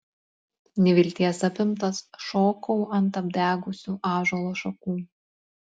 nevilties apimtas šokau ant apdegusių ąžuolo šakų